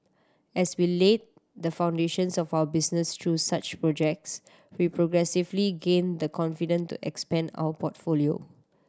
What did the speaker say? as we laid the foundations of our businesses through such projects we progressively gained the confidence to expand our portfolio